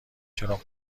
چراغ